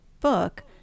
book